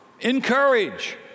Encourage